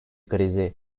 krizi